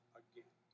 again